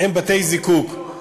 הם בתי-זיקוק.